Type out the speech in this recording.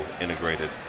integrated